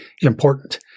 important